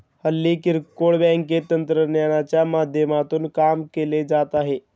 हल्ली किरकोळ बँकेत तंत्रज्ञानाच्या माध्यमातून काम केले जात आहे